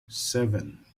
seven